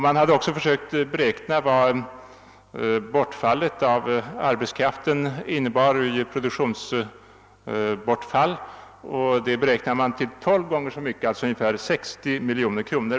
Man hade också försökt beräkna vad bortfallet av arbets kommit fram till att det uppgick till tolv gånger så stort belopp, dvs. 60 miljoner kronor.